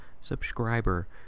subscriber